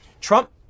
Trump